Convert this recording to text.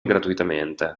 gratuitamente